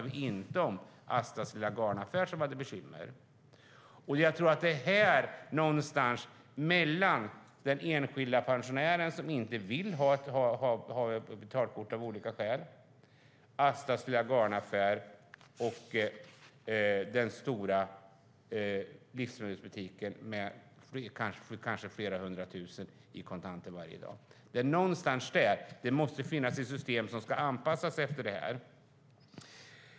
Vi måste anpassa systemet till den enskilda pensionären som av olika skäl inte vill ha betalkort, Astas lilla garnaffär och den stora livsmedelsbutiken med kanske flera hundra tusen i kontanter varje dag.